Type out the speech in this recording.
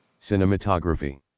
Cinematography